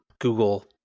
google